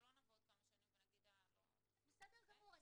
שלא נבוא עוד כמה שנים ונגיד שלא --- בסדר גמור,